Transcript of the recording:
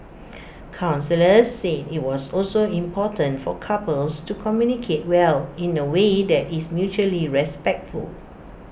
counsellors said IT was also important for couples to communicate well in away that is mutually respectful